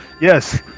yes